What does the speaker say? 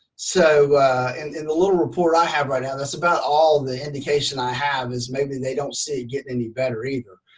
so and in the little report i have right now, that's about all the indication i have is maybe they don't see getting any better either.